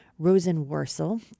Rosenworcel